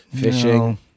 Fishing